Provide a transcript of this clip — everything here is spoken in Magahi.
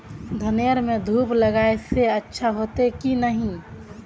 धानेर में धूप लगाए से अच्छा होते की नहीं?